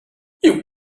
you